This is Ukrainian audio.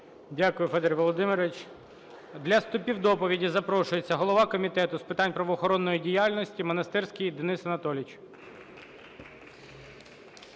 Дякую, Федір Володимирович. Для співдоповіді запрошується голова Комітету з питань правоохоронної діяльності Монастирський Денис Анатолійович.